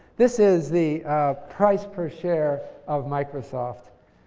this is the price per share of microsoft.